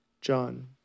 John